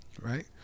Right